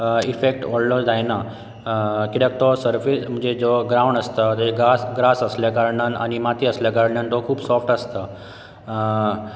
effect व्हडलो जायना किद्याक तो सरफेस म्हणजे जो ग्राउंड आसता जे ग्रास ग्रास आसल्या कारणान आनी माती आसल्या कारणान तो खूब सोफ्ट आसता